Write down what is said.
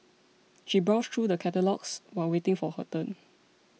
she browsed through the catalogues while waiting for her turn